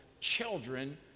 children